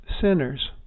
sinners